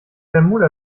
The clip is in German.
bermuda